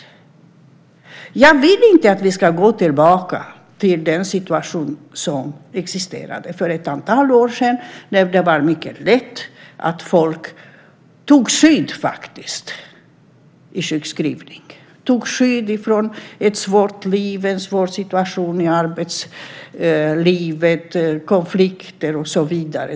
Jag vill inte att vi ska gå tillbaka till den situation som existerade för ett antal år sedan när det var mycket lätt att folk tog skydd i sjukskrivning. De tog skydd från ett svårt liv, en svår situation i arbetslivet, konflikter och så vidare.